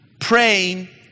praying